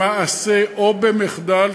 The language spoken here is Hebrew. במעשה או במחדל,